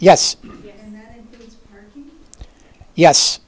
yes yes